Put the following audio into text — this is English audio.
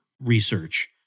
research